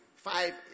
Five